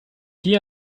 hier